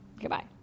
Goodbye